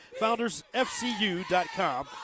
FoundersFCU.com